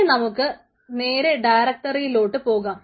ഇനി നമുക്ക് നേരെ ഡയറക്ടറിയിലോട്ട് പോകാം